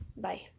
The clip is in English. Bye